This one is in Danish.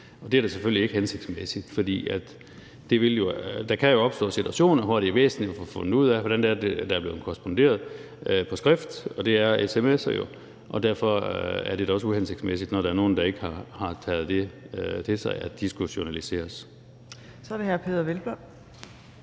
Det er da selvfølgelig ikke hensigtsmæssigt, for der kan jo opstå situationer, hvor det er væsentligt at få fundet ud af, hvordan der er blevet korresponderet på skrift. Og det er sms'er jo. Derfor er det da også uhensigtsmæssigt, at der er nogle, der ikke har taget det til sig, at de skulle journaliseres.